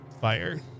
fire